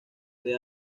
del